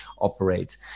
operate